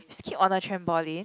skip on the trampoline